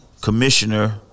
commissioner